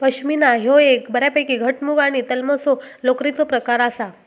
पश्मीना ह्यो एक बऱ्यापैकी घटमुट आणि तलमसो लोकरीचो प्रकार आसा